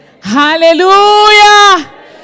Hallelujah